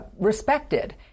respected